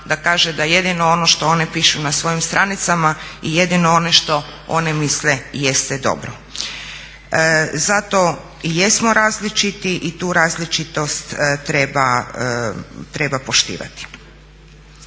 da kaže da jedino ono što one pišu na svojim stranicama i jedino ono što one misle jeste dobro. Zato i jesmo različiti i tu različitost treba poštivati.